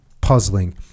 puzzling